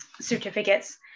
certificates